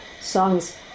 songs